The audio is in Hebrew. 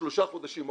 שלושה חודשים אחרונים,